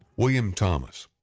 william thomas,